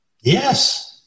Yes